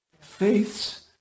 Faith's